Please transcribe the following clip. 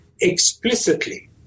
explicitly